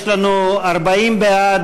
יש לנו 40 בעד,